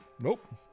Nope